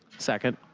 second.